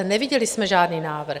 Neviděli jsme žádný návrh.